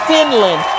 Finland